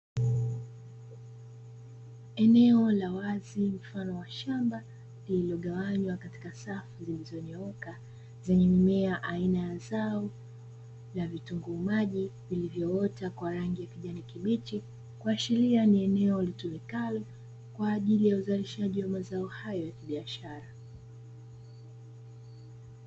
Eneo la wazi mfano wa shamba, lililogawanywa katika safu zilizonyooka zenye mimea aina ya zao la vitunguu maji, vilivyoota kwa rangi ya kijani kibichi, kuashiria ni eneo litumikalo kwa ajili ya uzalishaji wa mazao hayo ya kibiashara.